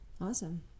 Awesome